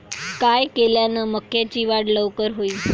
काय केल्यान मक्याची वाढ लवकर होईन?